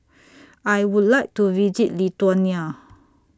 I Would like to visit Lithuania